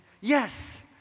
Yes